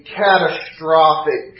catastrophic